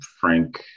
Frank